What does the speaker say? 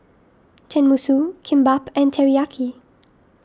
Tenmusu Kimbap and Teriyaki